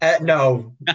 No